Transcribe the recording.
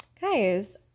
guys